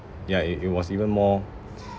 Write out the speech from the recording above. ya it it was even more